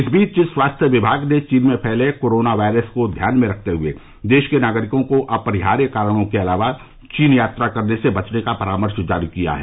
इस बीच स्वास्थ्य विमाग ने चीन में फैले कोरोना वायरस को ध्यान में रखते हुए देश के नागरिकों को अपरिहार्य कारणों के अलावा चीन यात्रा से बचने का परामर्श जारी किया है